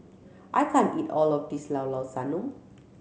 I can't eat all of this Llao Llao Sanum